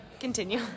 continue